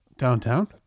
downtown